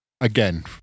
Again